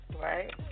Right